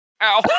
Ow